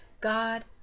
God